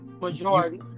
majority